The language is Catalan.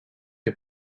que